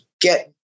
get